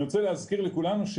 אני רוצה להזכיר לכולנו,